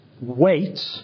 Wait